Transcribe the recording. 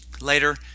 Later